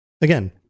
Again